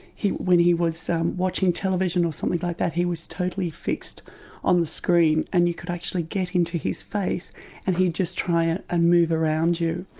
when he was watching television or something like that, he was totally fixed on the screen, and you could actually get into his face and he'd just try and and move around you.